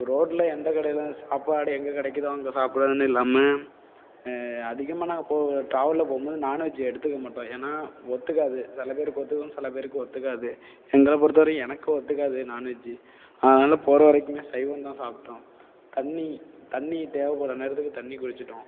இப்போ ரோட்டில் எந்த கடையில் சாப்பாடு எங்கே கிடைக்கிதோ அங்கே சாப்பிடன் இல்லாமல் அதிகமாக நாங்கள் டிராவல்ல போகும்போது நான்வெஜ் எடுத்துக்க மாட்டோம் ஏன்னா ஒத்துக்காது சில பேருக்கு ஒத்துக்கும் சில பேருக்கு ஒத்துக்காது எங்களை பொருத்த வரைக்கும் எனக்கு ஒத்துக்காது நான்வெஜ்ஜி அதனால் போகிற வரைக்கும் சைவம்தான் சாப்பிட்டோம் தண்ணி தண்ணி தேவைப்படுற நேரத்துக்கு தண்ணி குடிச்சிகிட்டோம்